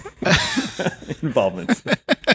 involvement